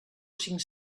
cinc